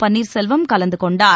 பன்னீர்செல்வம் கலந்துகொண்டார்